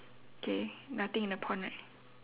okay nothing in the pond right